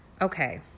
okay